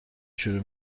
شروع